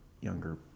younger